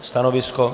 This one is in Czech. Stanovisko?